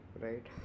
right